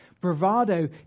Bravado